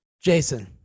Jason